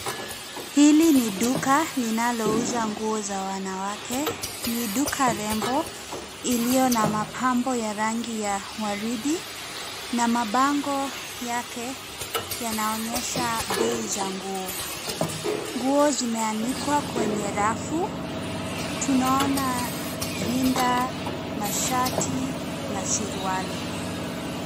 Hili ni duka linalouza nguo za wanawake. Ni duka rembo iliyo na mapambo ya rangi ya waridi na mabango yake yanaonyesha bei za nguo. Nguo zimeanikwa kwenye rafu. Tunaona rinda, mashati na suruali.